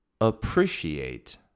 Appreciate